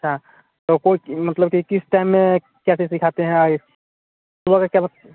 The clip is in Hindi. अच्छा तो कुछ मतलब किस टाइम में क्या क्या सिखाते है